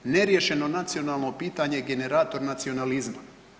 Neriješeno nacionalno pitanje je generator nacionalizma.